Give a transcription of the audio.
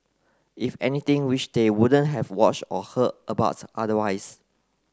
if anything which they wouldn't have watched or heard about otherwise